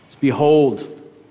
Behold